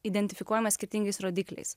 identifikuojamas skirtingais rodikliais